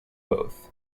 both